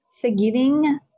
forgiving